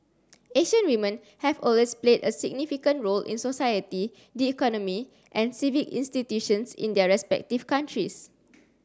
Asian women have always played a significant role in society the economy and civic institutions in their respective countries